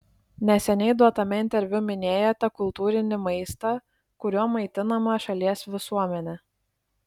neseniai duotame interviu minėjote kultūrinį maistą kuriuo maitinama šalies visuomenė